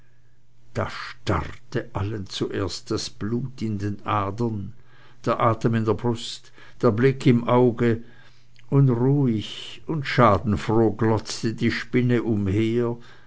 da starrte allen zuerst das blut in den adern der atem in der brust der blick im auge und ruhig und schadenfroh glotzte die spinne umher